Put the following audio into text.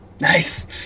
Nice